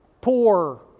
poor